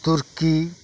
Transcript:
turkey